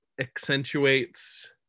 accentuates